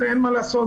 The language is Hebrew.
ואין מה לעשות,